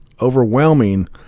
overwhelming